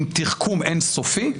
עם תחכום אין סופי,